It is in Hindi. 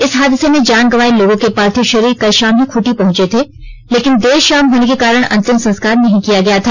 इस हादसे में जान गवांए लोगों के पार्थिव शरीर कल शाम ही खूंटी पहुंचा था लेकिन देर शाम होने के कारण अंतिम संस्कार नहीं किया गया था